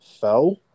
fell